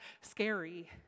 scary